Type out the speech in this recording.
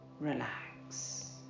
relax